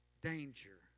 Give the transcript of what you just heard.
danger